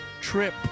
trip